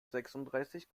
sechsunddreißig